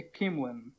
Kimlin